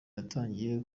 yatangije